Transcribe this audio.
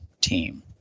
team